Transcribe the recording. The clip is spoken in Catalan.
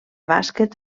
bàsquet